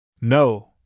No